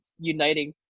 uniting